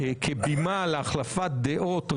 כבימה להחלפת דעות,